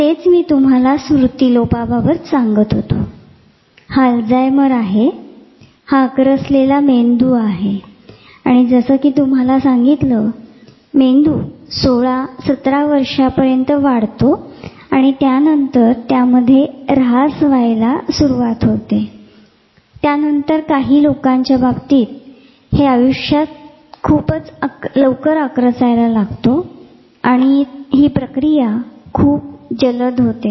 तेच मी तुम्हाला स्मृतीलोपाबाबत सांगत होतो हा अल्झायमर आहे हा आक्रसलेला मेंदू आहे आणि जसे कि मी तुम्हाला सांगितले होते कि मेंदू 16 17 वर्षापर्यंत वाढतो आणि त्यानंतर छाटणी सुरु होते आणि त्यानंतर काही लोकांच्याबाबत तो आयुष्यात खूपच लवकर आक्रसायला लागतो हि प्रक्रिया खूप जलद असते